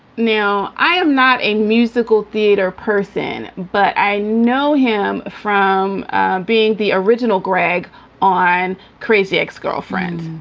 now, i am not a musical theater person, but i know him from being the original greg on crazy ex-girlfriend,